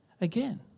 again